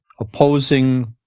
opposing